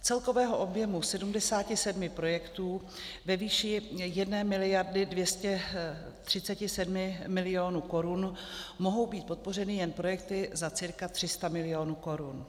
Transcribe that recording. Z celkového objemu 77 projektů ve výši 1 miliardy 237 milionů korun mohou být podpořeny jen projekty za cca 300 milionů korun.